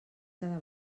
cada